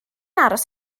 aros